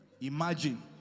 Imagine